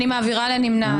הצבעה לא אושרה נפל.